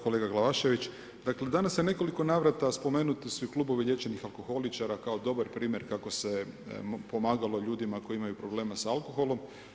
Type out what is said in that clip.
Kolega Glavašević, dakle danas su nekoliko navrata spomenuti klubovi liječenih alkoholičara kao dobar primjer kako se pomagalo ljudima koji imaju problema s alkoholom.